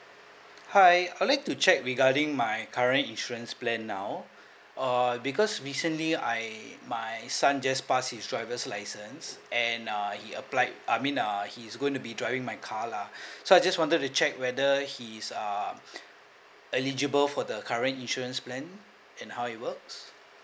hi I'd like to check regarding my current insurance plan now uh because recently I my son just pass his driver's license and uh he applied I mean uh he's going to be driving my car lah so I just wanted to check whether he's uh eligible for the current insurance plan and how it works